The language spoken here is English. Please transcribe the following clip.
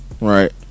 right